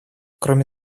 кроме